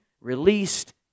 released